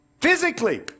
physically